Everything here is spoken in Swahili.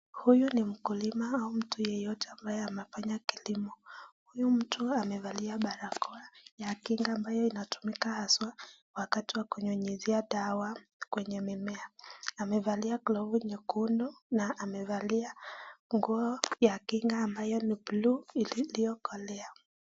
Huyu ni mkulima au mtu yeyote ambaye amefanya kilimo. Huyu ni mtu amevalia barakoa ya kinga ambayo inatumika haswa wakati wa kunyunyizia dawa kwenye mimea. Amevalia glovu nyekundu na amevalia nguo ya kinga ambayo ni blue iliyokolea.